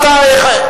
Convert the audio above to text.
החלשות.